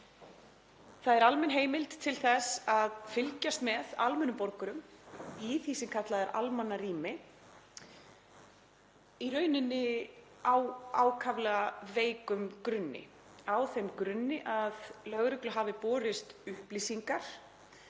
Það er almenn heimild til þess að fylgjast með almennum borgurum í því sem kallað er almannarými, í rauninni á ákaflega veikum grunni, á þeim grunni að lögreglu hafi borist upplýsingar,